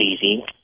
easy